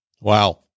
Wow